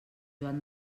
joan